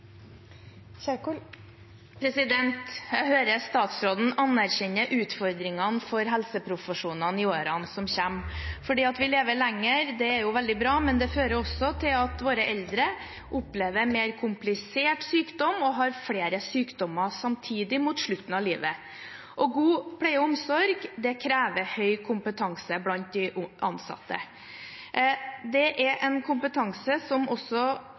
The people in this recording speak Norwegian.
Kjerkol. Jeg hører at statsråden anerkjenner utfordringene for helseprofesjonene i årene som kommer. Det at vi lever lenger, er veldig bra, men det fører også til at våre eldre opplever mer komplisert sykdom og har flere sykdommer samtidig mot slutten av livet. God pleie og omsorg krever høy kompetanse blant de ansatte. Det er en kompetanse som også